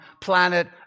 planet